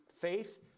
faith